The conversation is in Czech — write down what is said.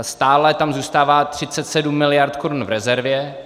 Stále tam zůstává 37 mld. korun v rezervě.